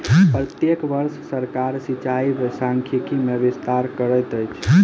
प्रत्येक वर्ष सरकार सिचाई सांख्यिकी मे विस्तार करैत अछि